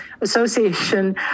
Association